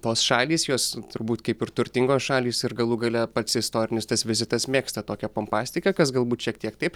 tos šalys jos turbūt kaip ir turtingos šalys ir galų gale pats istorinis tas vizitas mėgsta tokią pompastiką kas galbūt šiek tiek taip